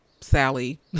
Sally